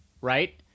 Right